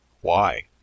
Why